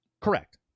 Correct